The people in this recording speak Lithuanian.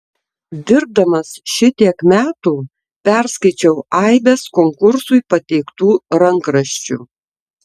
dirbdamas šitiek metų perskaičiau aibes konkursui pateiktų rankraščių